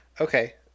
Okay